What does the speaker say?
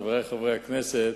חברי חברי הכנסת,